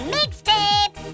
Mixtape